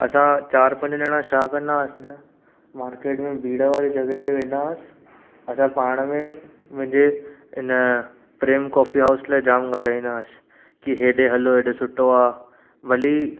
असां चारि पंज ॼणा छा कंदासीं न मार्केट में भीड़ वारी जॻह ते वेंदासीं असां पाण में मुंहिंजे हिन प्रेम कॉफ़ी हाउस लाइ जाम ॻाल्हाईंदासीं कि हेॾे हलो हेॾे सुठो आहे भली